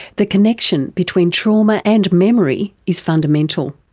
the connection between trauma and memory is fundamental.